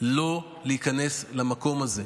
לא להיכנס למקום הזה.